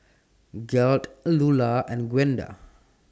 Gearld Lulla and Gwenda